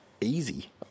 easy